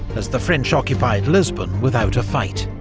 as the french occupied lisbon without a fight.